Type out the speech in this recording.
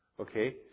Okay